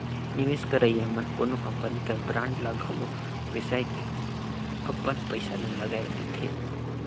निवेस करइया मन कोनो कंपनी कर बांड ल घलो बेसाए के अपन पइसा ल लगाए लेथे